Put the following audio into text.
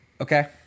Okay